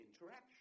interaction